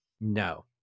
no